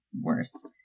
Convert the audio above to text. worse